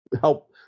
help